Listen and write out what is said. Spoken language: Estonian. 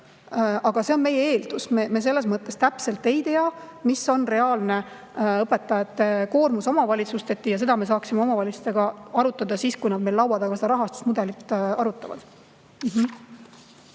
Aga see on meie eeldus, me täpselt ei tea, mis on reaalne õpetajate koormus omavalitsuseti. Ja seda me saaksime omavalitsustega arutada siis, kui nad meil laua taga seda rahastusmudelit arutavad.